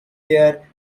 their